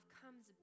comes